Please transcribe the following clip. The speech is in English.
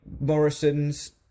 Morrison's